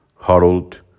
Harold